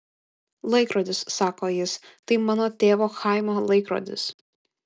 laikrodis sako jis tai mano tėvo chaimo laikrodis